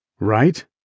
Right